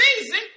season